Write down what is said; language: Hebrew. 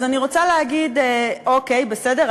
אז אני רוצה להגיד: אוקיי, בסדר.